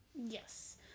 Yes